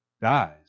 dies